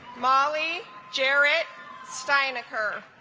molly jared stein occur